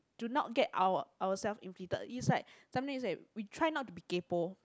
to not get our ourself impeded is like something is like we try not to be kaypo